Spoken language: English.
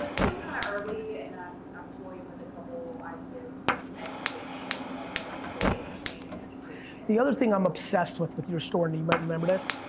and still kind of early, and i'm toying with a couple ideas for some education, like i know you say, entertain and education. the other thing i'm obsessed with with your store, and you might remember this,